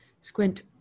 squint